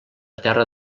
terra